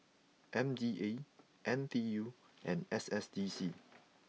M D A N T U and S S D C